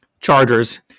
Chargers